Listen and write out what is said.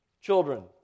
children